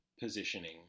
positioning